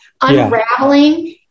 unraveling